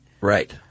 Right